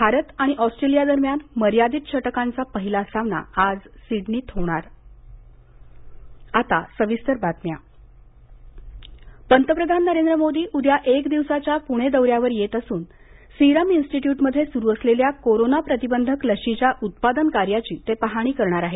Bharat Australia दरम्यान मर्यादित षटकांचा पहिला सामना आज सिडनीत होणार पंतप्रधान दौरा पंतप्रधान नरेंद्र मोदी उद्या एक दिवसाच्या पुणे दौऱ्यावर येत असून सिरम इन्स्टिट्यूटमध्ये सुरू असलेल्या कोरोना प्रतिबंधक लशीच्या उत्पादन कार्याची ते पाहणी करणार आहेत